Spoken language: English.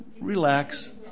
Relax